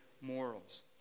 morals